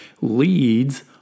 Leads